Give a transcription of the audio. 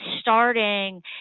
starting